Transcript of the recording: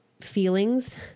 feelings